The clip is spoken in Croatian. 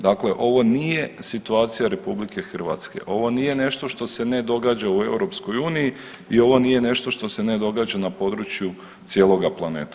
Dakle, ovo nije situacija RH, ovo nije nešto što se ne događa u EU i ovo nije nešto što se ne događa na području cijeloga planeta.